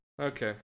Okay